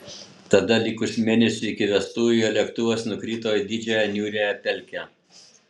tada likus mėnesiui iki vestuvių jo lėktuvas nukrito į didžiąją niūriąją pelkę